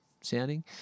sounding